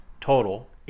total